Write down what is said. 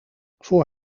voor